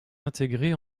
intégré